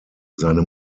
seine